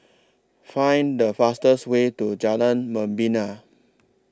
Find The fastest Way to Jalan Membina